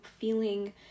feeling